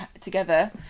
together